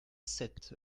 sept